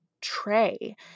tray